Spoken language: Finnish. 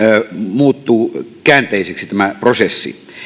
muuttuu käänteiseksi